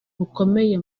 rukomeye